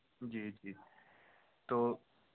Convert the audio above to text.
جی جی تو